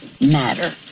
matter